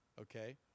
okay